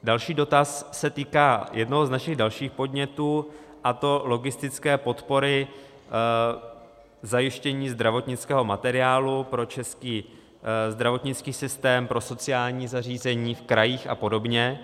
Další dotaz se týká jednoho z našich dalších podnětů, a to logistické podpory k zajištění zdravotnického materiálu pro český zdravotnický systém, pro sociální zařízení v krajích a podobně.